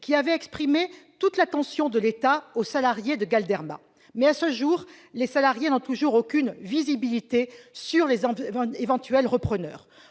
qui a exprimé toute l'attention de l'État aux salariés de Galderma. Mais, à ce jour, ces derniers n'ont toujours aucune visibilité au sujet d'éventuels repreneurs.